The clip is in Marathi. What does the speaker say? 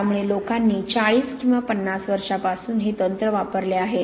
त्यामुळे लोकांनी 40 किंवा 50 वर्षांपासून हे तंत्र वापरले आहे